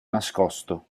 nascosto